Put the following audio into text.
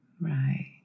right